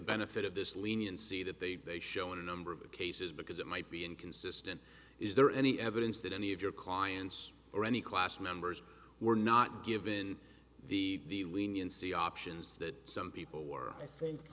benefit of this leniency that they they show in a number of cases because it might be inconsistent is there any evidence that any of your clients or any class members were not given the leniency options that some people wore i think